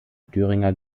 thüringer